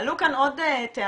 עלו פה עוד טענות.